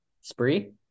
Spree